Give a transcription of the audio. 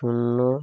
শূন্য